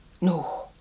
No